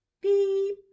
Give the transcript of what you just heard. beep